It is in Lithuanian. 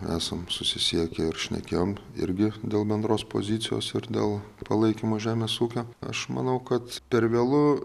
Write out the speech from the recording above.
esam susisiekė ir šnekėjom irgi dėl bendros pozicijos ir dėl palaikymo žemės ūkio aš manau kad per vėlu